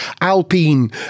Alpine